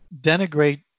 denigrate